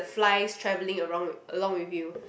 flies traveling arong~ along with you